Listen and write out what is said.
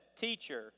Teacher